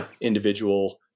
individual